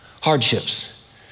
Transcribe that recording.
hardships